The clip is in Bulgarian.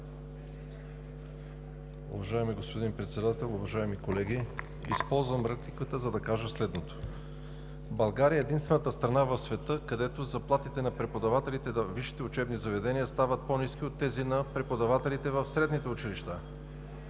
България е единствената страна в света, където заплатите на преподавателите във висшите учебни заведения стават по-ниски от тези на преподавателите в средните училища.